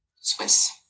Swiss